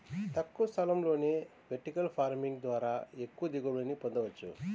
తక్కువ స్థలంలోనే vertical farming ద్వారా ఎక్కువ దిగుబడిని పొందవచ్చు